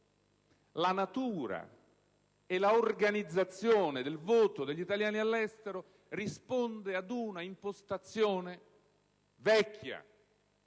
La natura e l'organizzazione del voto degli italiani all'estero riflettono un'impostazione vecchia,